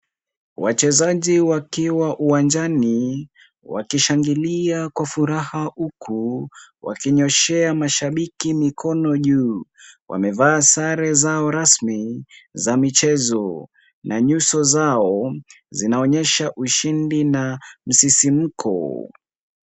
Wachezaji wakiwa uwanjani wakishangilia kwa furaha huku wakinyoshea mashabiki mikono juu. Wamevaa sare zao rasmi za michezo na nyuso zao zinaonyesha ushindi na msisimko.